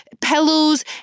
pillows